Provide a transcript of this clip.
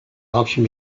auction